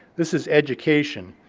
this is education,